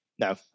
No